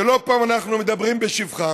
שלא פעם אנחנו מדברים בשבחם,